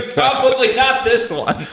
probably not this one.